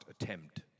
attempt